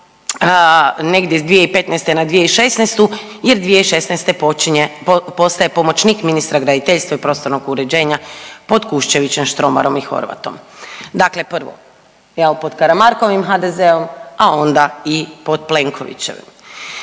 negdje s 2015. na 2016. jer 2016. počinje postaje pomoćnik ministra graditeljstva i prostornog uređenja pod Kuščevićem, Štromarom i Horvatom. Dakle prvo, je pod Karamarkovim HDZ-om, a onda i pod Plenkovićevim.